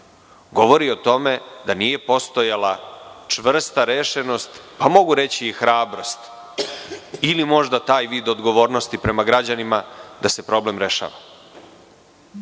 govori o tome da nije postojala čvrsta rešenost, pa mogu reći i hrabrost ili možda taj vid odgovornosti prema građanima da se problem rešava.U